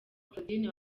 claudine